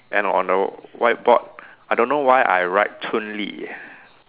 and on the whiteboard I don't know why I write Chun Lee ya